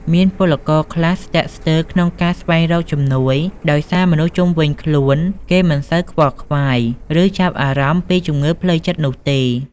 មានពលករខ្លះស្ទាក់ស្ទើរក្នុងការស្វែងរកជំនួយ ដោយសារមនុស្សជុំវិញខ្លួនគេមិនសូវខ្វល់ខ្វាយ ឬចាប់អារម្មណ៍ពីជំងឺផ្លូវចិត្តនោះទេ។